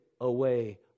away